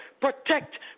Protect